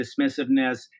dismissiveness